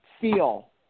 feel